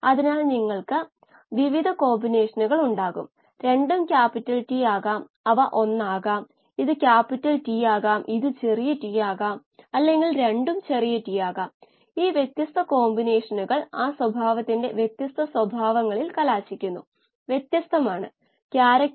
അതിനാൽ ഇത് എല്ലായ്പ്പോഴും കൃത്യമായ വരിയിൽ വരണമെന്നില്ല R വർഗത്തിൻറെ വില ഏകദേശം 0